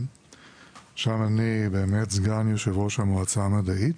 שבה אני סגן יושב-ראש המועצה המדעית.